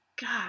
God